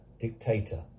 dictator